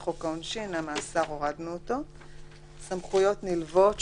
לחוק העונשין, התשל"ז 1977. לגבי